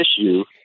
issue